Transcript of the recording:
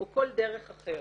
או כל דרך אחרת,